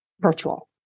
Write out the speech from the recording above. virtual